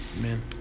man